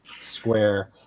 square